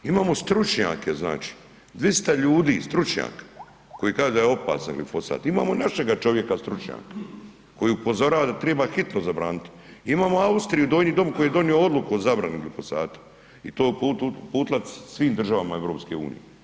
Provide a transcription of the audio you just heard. Imamo stručnjake znači, 200 ljudi stručnjaka, koji kažu da je opasan glifosat, imamo našega čovjeka stručnjaka koji upozorava da triba hitno zabranit, imamo Austriju, Donji dom koji je donio odluku o zabrani glifosata i to je uputila svim državama EU.